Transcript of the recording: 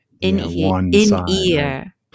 in-ear